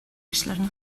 кешеләрне